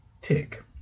Tick